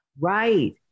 Right